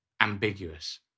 ambiguous